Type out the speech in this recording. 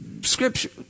Scripture